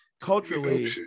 Culturally